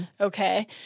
Okay